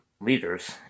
leaders